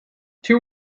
two